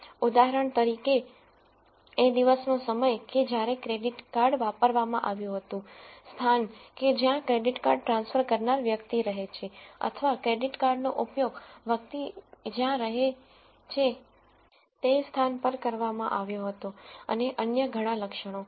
તેથી ઉદાહરણ તરીકે એ દિવસનો સમય કે જયારે ક્રેડિટ કાર્ડ વાપરવામાં આવ્યું હતું સ્થાન કે જ્યાં ક્રેડિટ કાર્ડ ટ્રાન્સફર કરનાર વ્યક્તિ રહે છે અથવા ક્રેડિટ કાર્ડનો ઉપયોગ વ્યક્તિ જ્યાં રહે છે તે સ્થાન પર કરવામાં આવ્યો હતો અને અન્ય ઘણા લક્ષણો